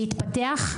להתפתח.